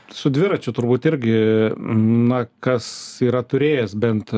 su dviračiu turbūt irgi na kas yra turėjęs bent